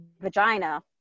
vagina